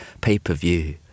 pay-per-view